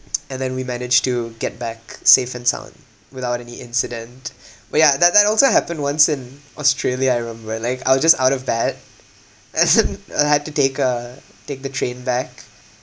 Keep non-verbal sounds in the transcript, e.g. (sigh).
(noise) and then we managed to get back safe and sound without any incident oh ya that that also happened once in australia I remember like I was just out of bed and then (laughs) I had to take a take the train back